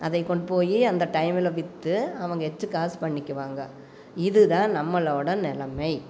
அதை கொண்டு போய் அந்த டைமில் விற்று அவங்க எச்சி காசு பண்ணிக்குவாங்க இதுதான் நம்மளோட நெலைமை